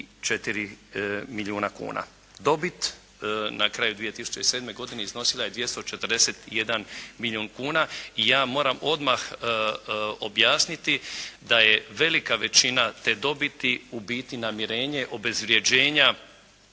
654 milijuna kuna. Dobit na kraju 2007. godine iznosila je 241 milijun kuna i ja moram odmah objasniti da je velika većina te dobiti ubiti namjerenje obezvrjeđenja